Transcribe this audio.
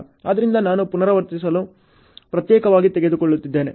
ಆದ್ದರಿಂದ ನಾನು ಪುನರಾವರ್ತನೆಗಳನ್ನು ಪ್ರತ್ಯೇಕವಾಗಿ ತೆಗೆದುಕೊಳ್ಳಲಿದ್ದೇನೆ